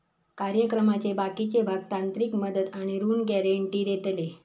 कार्यक्रमाचे बाकीचे भाग तांत्रिक मदत आणि ऋण गॅरेंटी देतले